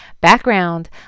background